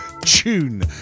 Tune